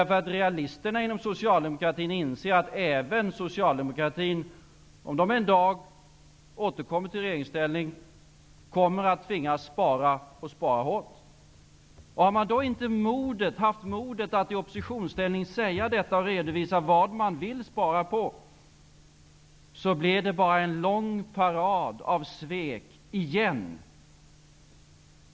Realisterna inom Socialdemokratin inser att även Socialdemokraterna, om de en dag återkommer till regeringsställning, kommer att tvingas spara och spara hårt. Har man inte haft modet att i opposition säga detta och redovisa vad man vill spara på, blir det bara en lång parad av svek -- igen.